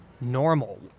normal